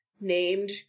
named